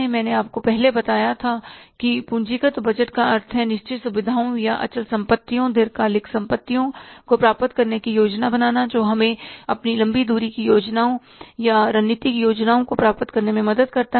मैंने आपको पहले बताया था कि पूंजीगत बजट का अर्थ है निश्चित सुविधाओं या अचल संपत्तियों दीर्घकालीन संपत्तियों को प्राप्त करने की योजना बनाना जो हमें अपनी लंबी दूरी की योजनाओं या रणनीतिक योजनाओं को प्राप्त करने में मदद कर सकता है